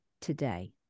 today